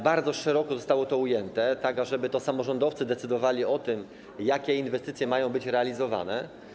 Bardzo szeroko zostało to ujęte, tak żeby to samorządowcy decydowali o tym, jakie inwestycje mają być realizowane.